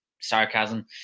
sarcasm